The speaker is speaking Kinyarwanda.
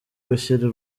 gushyira